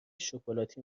شکلاتی